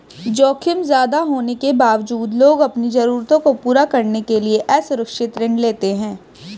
जोखिम ज्यादा होने के बावजूद लोग अपनी जरूरतों को पूरा करने के लिए असुरक्षित ऋण लेते हैं